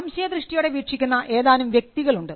സംശയദൃഷ്ടിയോടെ വീക്ഷിക്കുന്ന ഏതാനും വ്യക്തികളുണ്ട്